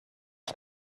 one